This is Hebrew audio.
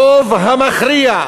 הרוב המכריע,